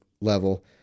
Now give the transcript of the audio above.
level